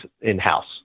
in-house